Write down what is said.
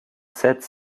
sept